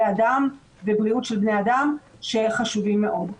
אדם ובריאות של בני אדם שחשובים מאוד.